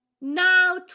now